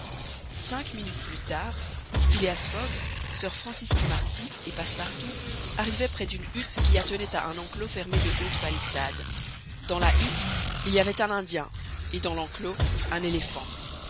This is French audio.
cinq minutes plus tard phileas fogg sir francis cromarty et passepartout arrivaient près d'une hutte qui attenait à un enclos fermé de hautes palissades dans la hutte il y avait un indien et dans l'enclos un éléphant